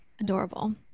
adorable